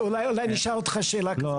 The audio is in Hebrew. אולי נשאל אותך שאלה כזאת -- לא,